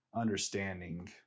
understanding